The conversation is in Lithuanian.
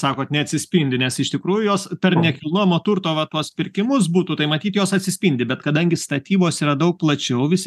sakot neatsispindi nes iš tikrųjų jos per nekilnojamo turto va tuos pirkimus būtų tai matyt jos atsispindi bet kadangi statybos yra daug plačiau visi